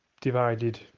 divided